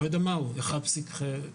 לא יודע מהו 1.5%,